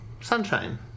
Sunshine